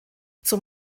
zum